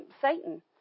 Satan